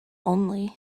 only